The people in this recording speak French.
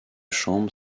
chambre